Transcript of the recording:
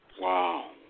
Wow